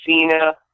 Cena